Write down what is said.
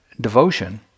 devotion